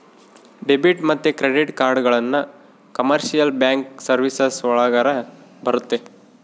debit ಮತ್ತೆ credit ಕಾರ್ಡ್ಗಳನ್ನ commercial bank services ಒಳಗರ ಬರುತ್ತೆ